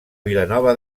vilanova